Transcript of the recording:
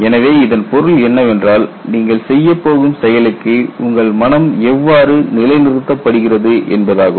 எனவே இதன் பொருள் என்னவென்றால் நீங்கள் செய்யப் போகும் செயலுக்கு உங்கள் மனம் எவ்வாறு நிலைநிறுத்தப்படுகிறது என்பதாகும்